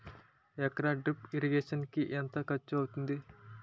ఎకర drip irrigation కి ఎంత ఖర్చు అవుతుంది?